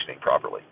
properly